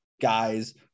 guys